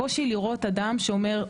הקושי לראות אדם שאומר,